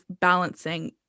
balancing